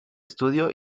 estudio